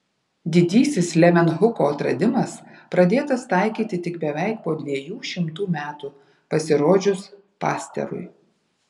didysis levenhuko atradimas pradėtas taikyti tik beveik po dviejų šimtų metų pasirodžius pasterui